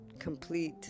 complete